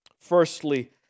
firstly